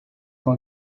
com